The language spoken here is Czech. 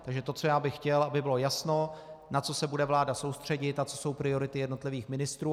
Takže to, co já bych chtěl, aby bylo jasné, na co se bude vláda soustředit a co jsou priority jednotlivých ministrů.